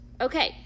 Okay